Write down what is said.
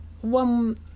one